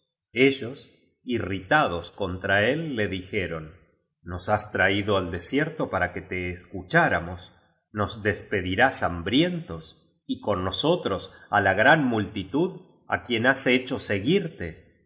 ellos irritados contra él le dijeron nos has traído al desierto para que te escucháramos nos